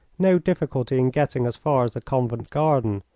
no difficulty in getting as far as the convent garden,